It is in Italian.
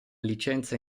licenza